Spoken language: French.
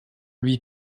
lui